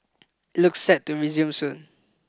it looks set to resume soon